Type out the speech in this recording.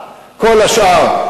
לא הצלחתי להעביר את החקיקה הזאת.